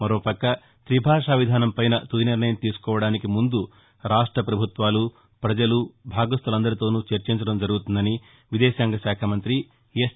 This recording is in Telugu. మరో పక్క తిభాష విధానంపైన తుది నిర్ణయం తీసుకోవడానికి ముందు రాష్ట పభుత్వాలు ప్రజలు భాగస్తులందరితోనూ చర్చించడం జరుగుతుందని విదేశాంగ శాఖ మంగ్రతి ఎస్